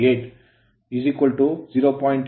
8 800W0